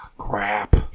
Crap